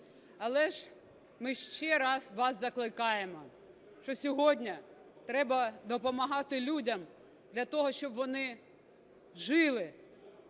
Але ж ми ще раз вас закликаємо, що сьогодні треба допомагати людям для того, щоб вони жили,